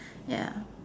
ya